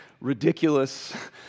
ridiculous